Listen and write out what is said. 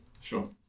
Sure